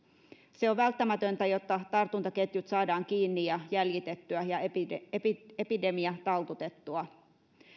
se on välttämätöntä jotta tartuntaketjut saadaan kiinni ja jäljitettyä ja epidemia epidemia taltutettua